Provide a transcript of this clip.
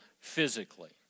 physically